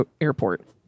airport